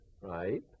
right